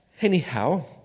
anyhow